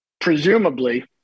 presumably